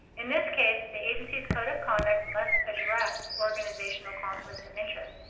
in this case, the agency's code of conduct must address organizational conflicts of interest.